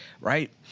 Right